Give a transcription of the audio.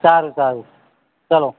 સારું સારું ચલો